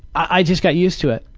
i just got used to it.